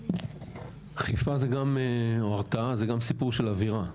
חיפה זה גם סיפור של אווירה.